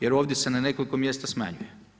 Jer ovdje se na nekoliko mjesta smanjuje.